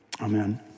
amen